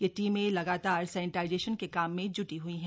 यह टीमें लगातार सैनिटाइजेशन के काम में ज्टी हई हैं